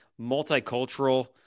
multicultural